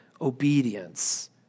obedience